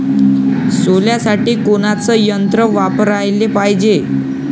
सोल्यासाठी कोनचं यंत्र वापराले पायजे?